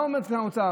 מה אומר שר האוצר?